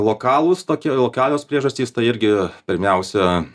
lokalūs tokia lokalios priežastys tai irgi pirmiausia